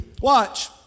watch